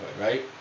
right